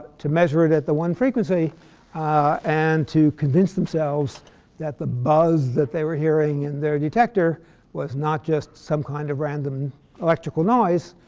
to measure it at the one frequency and to convince themselves that the buzz that they were hearing in their detector was not just some kind of random electrical noise,